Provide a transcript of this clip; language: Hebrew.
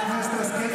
חברת הכנסת השכל,